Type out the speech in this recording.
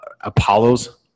Apollos